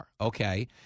okay